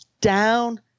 down